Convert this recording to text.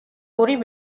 ორი